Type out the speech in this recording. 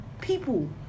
people